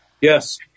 Yes